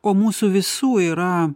o mūsų visų yra